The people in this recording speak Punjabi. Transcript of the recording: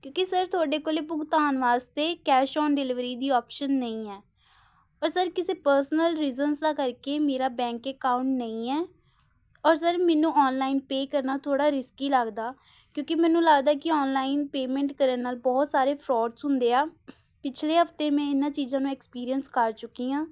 ਕਿਉਂਕਿ ਸਰ ਤੁਹਾਡੇ ਕੋਲ ਭੁਗਤਾਨ ਵਾਸਤੇ ਕੈਸ਼ ਔਨ ਡਿਲੀਵਰੀ ਦੀ ਆਪਸ਼ਨ ਨਹੀਂ ਹੈ ਪਰ ਸਰ ਕਿਸੇ ਪਰਸਨਲ ਰੀਜਨਸ ਦਾ ਕਰਕੇ ਮੇਰਾ ਬੈਂਕ ਅਕਾਊਂਟ ਨਹੀਂ ਹੈ ਔਰ ਸਰ ਮੈਨੂੰ ਔਨਲਾਈਨ ਪੇ ਕਰਨਾ ਥੋੜ੍ਹਾ ਰਿਸਕੀ ਲੱਗਦਾ ਕਿਉਂਕਿ ਮੈਨੂੰ ਲੱਗਦਾ ਕਿ ਔਨਲਾਈਨ ਪੇਮੈਂਟ ਕਰਨ ਨਾਲ ਬਹੁਤ ਸਾਰੇ ਫਰੋਡਸ ਹੁੰਦੇ ਆ ਪਿਛਲੇ ਹਫ਼ਤੇ ਮੈਂ ਇਹਨਾਂ ਚੀਜ਼ਾਂ ਨੂੰ ਐਕਸਪੀਰੀਅੰਸ ਕਰ ਚੁੱਕੀ ਹਾਂ